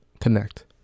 Connect